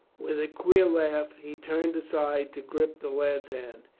with a queer laugh he turned aside to grip the lad's hand.